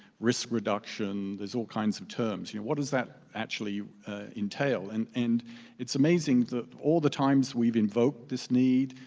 risk reduction, there's all kinds of terms. you know what does that actually entail? and and it's amazing that all the times we've invoked this need,